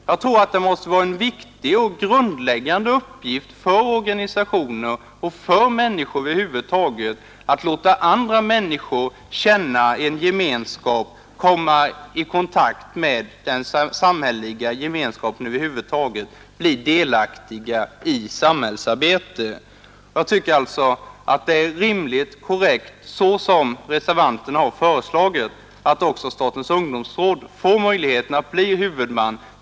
Jag tror att det måste vara en viktig och grundläggande uppgift för organisationer och för människor över huvud taget att låta andra människor känna en gemenskap, komma i kontakt med den samhälliga gemenskapen, bli delaktiga i samhällsarbetet. Jag tycker alltså att det är rimligt och korrekt, såsom reservanterna har föreslagit, att också statens ungdomsråd får möjligheten att bli huvudman.